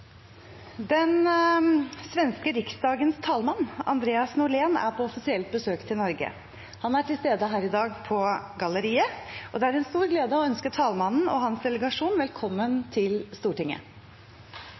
Den svenske riksdagens talmann, Andreas Norlén, er på offisielt besøk til Norge. Han er til stede her i dag på galleriet, og det er en stor glede å ønske talmannen og hans delegasjon velkommen